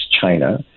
China